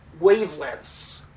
wavelengths